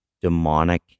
Demonic